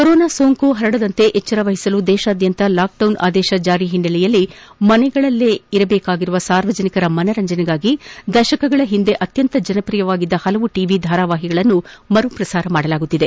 corona ಸೋಂಕು ಪರಡದಂತೆ ಎಜ್ವರ ವಹಿಸಲು ದೇಶಾದ್ಯಂತ ಲಾಕ್ಡೌನ್ ಆದೇಶ ಜಾರಿಯ ಹಿನ್ನೆಲೆಯಲ್ಲಿ ಮನೆಗಳಲ್ಲೇ ಇರುವ ಸಾರ್ವಜನಿಕರ ಮನರಂಜನೆಗಾಗಿ ದಶಕಗಳ ಹಿಂದೆ ಅತ್ಕಂತ ಜನಪ್ರಿಯವಾಗಿದ್ದ ಹಲವು ಟಿವಿ ಧಾರಾವಾಹಿಗಳನ್ನು ಮರುಪ್ರಸಾರ ಮಾಡಲಾಗುತ್ತಿದೆ